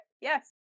Yes